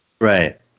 Right